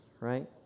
Right